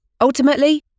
Ultimately